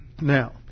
Now